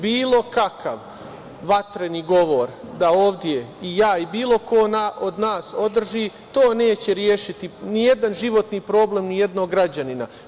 Bilo kakav vatreni govor da ovde i ja i bilo ko od nas održi, to neće rešiti nijedan životni problem nijednog građanina.